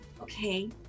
Okay